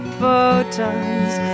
photons